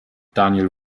daniel